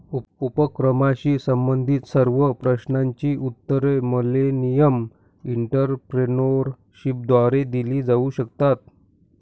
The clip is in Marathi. उपक्रमाशी संबंधित सर्व प्रश्नांची उत्तरे मिलेनियम एंटरप्रेन्योरशिपद्वारे दिली जाऊ शकतात